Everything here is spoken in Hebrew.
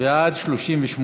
באמצעות האינטרנט),